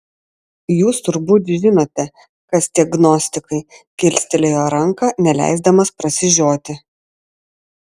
jūs turbūt žinote kas tie gnostikai kilstelėjo ranką neleisdamas prasižioti